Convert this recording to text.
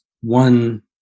One